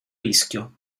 rischio